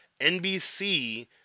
NBC